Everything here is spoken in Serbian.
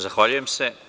Zahvaljujem se.